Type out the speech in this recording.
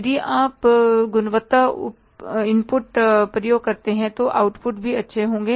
यदि आप गुणवत्ता इनपुट उपयोग करते हैं तो आउटपुट भी बहुत अच्छे होंगे